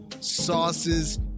sauces